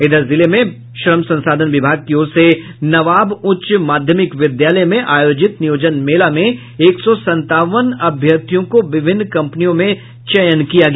इधर जिले में श्रम संसाधन विभाग की ओर से नबाब उच्च माध्यमिक विद्यालय में आयोजित नियोजन मेला में एक सौ संतावन अम्यर्थियों का विभिन्न कंपनियों में चयन किया गया